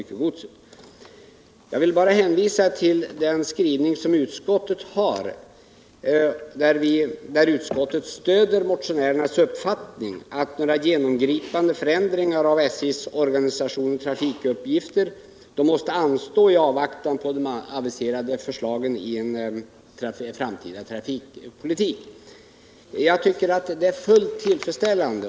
Jag vill bara hänvisa till utskottets skrivning där utskottet stöder motionärernas uppfattning att genomgripande förändringar av SJ:s organisation och trafikuppgifter måste anstå i avvaktan på de aviserade förslagen i en framtida trafikpolitik. Jag tycker att det är fullt tillfredsställande.